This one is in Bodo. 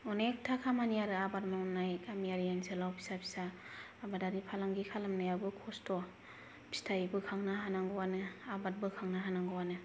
अनेकथा खामानि आरो आबाद मावनाय गामियारि ओनसोलाव फिसा फिसा आबादारि फालांगि खालामनायाबो खस्त' फिथाइ बोखांनो हानांगौआनो आबाद बोखांनो हानांगौआनो